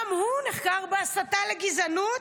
גם הוא נחקר בהסתה לגזענות,